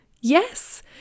yes